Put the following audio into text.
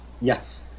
Yes